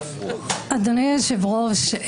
אדוני היושב-ראש,